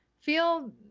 feel